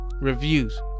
reviews